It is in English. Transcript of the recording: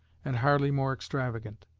and hardly more extravagant.